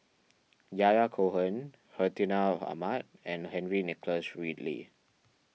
Yahya Cohen Hartinah Ahmad and Henry Nicholas Ridley